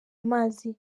amazi